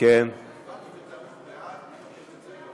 הצבעתי בעד במקום נגד.